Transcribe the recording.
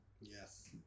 yes